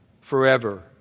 Forever